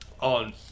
On